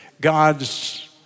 God's